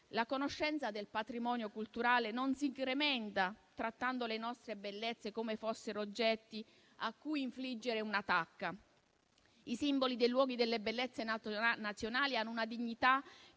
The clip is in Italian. La conoscenza del patrimonio culturale non si incrementa trattando le nostre bellezze come fossero oggetti a cui infliggere una tacca. I simboli dei luoghi e delle bellezze nazionali hanno una dignità